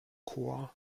korps